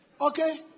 Okay